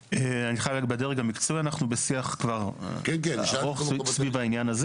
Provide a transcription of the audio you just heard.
בדרג המקצועי אנחנו בשיח ארוך סביב העניין.